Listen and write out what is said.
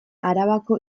arabako